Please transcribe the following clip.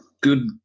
good